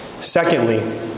Secondly